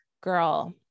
girl